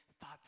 thought